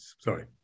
sorry